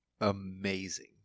amazing